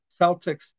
Celtics